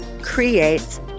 creates